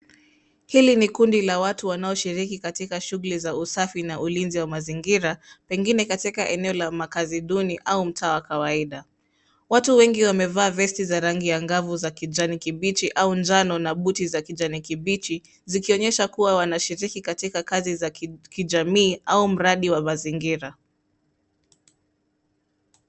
Hili ni kundi la watu wanaoshiriki katika shughuli za usafi na ulinzi wa mazingira, pengine katika eneo la makaazi duni au mtaa wa kawaida. Watu wengi wamevaa vesti za rangi ya angavu za kijani kibichi au njano na buti za kijani kibichi, zikionyesha kuwa wanashiriki katika kazi za kijamii au mradi wa mazingira.